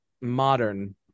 modern